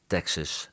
Texas